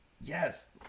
yes